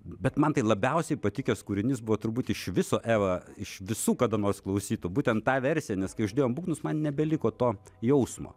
bet man tai labiausiai patikęs kūrinys buvo turbūt iš viso eva iš visų kada nors klausytų būtent ta versija nes kai uždėjom būgnus man nebeliko to jausmo